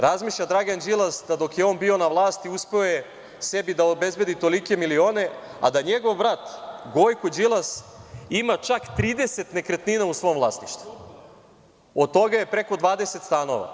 Razmišlja Dragan Đilas da dok je on bio na vlasti uspeo je sebi da obezbedi tolike milione, a da njegov brat Gojko Đilas, ima čak 30 nekretnina u svom vlasništvu, od toga je preko 20 stanova.